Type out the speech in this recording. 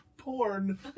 Porn